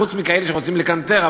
חוץ מכאלה שרוצים לקנטר,